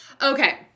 Okay